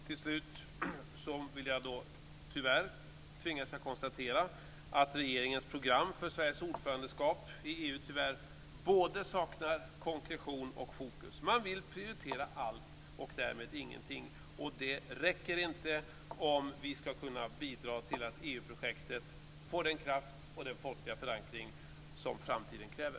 Till slut, tyvärr, tvingas jag konstatera att regeringens program inför Sveriges ordförandeskap i EU både saknar konkretion och fokus. Man prioriterar allt och därmed ingenting. Det räcker inte om vi ska kunna bidra till att EU-projektet får den kraft och den folkliga förankring som framtiden kräver.